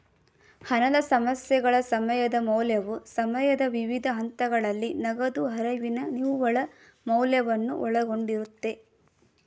ಹಣದ ಸಮಸ್ಯೆಗಳ ಸಮಯದ ಮೌಲ್ಯವು ಸಮಯದ ವಿವಿಧ ಹಂತಗಳಲ್ಲಿ ನಗದು ಹರಿವಿನ ನಿವ್ವಳ ಮೌಲ್ಯವನ್ನು ಒಳಗೊಂಡಿರುತ್ತೆ